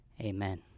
Amen